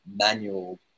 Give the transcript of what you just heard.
manual